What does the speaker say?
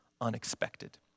Unexpected